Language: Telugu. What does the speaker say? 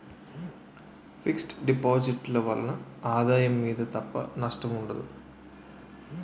ఫిక్స్ డిపాజిట్ ల వలన ఆదాయం మీద తప్ప నష్టం ఉండదు